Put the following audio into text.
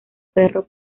perro